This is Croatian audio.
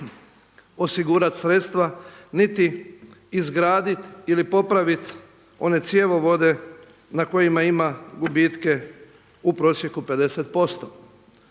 osigurati sredstva niti izgradit ili popraviti one cjevovode na kojima ima gubitke u prosjeku 50%.